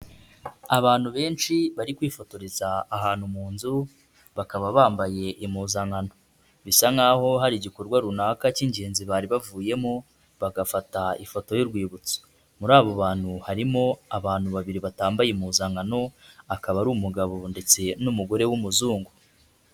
Abantu benshi bari kwifotoreza ahantu mu nzu, bakaba bambaye impuzankano. Bisa nkaho hari igikorwa runaka cy'ingenzi bari bavuyemo bagafata ifoto y'urwibutso. Muri abo bantu harimo abantu babiri batambaye impuzankano, akaba ari umugabo ndetse n'umugore w'umuzungu.